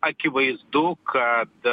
akivaizdu kad